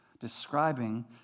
describing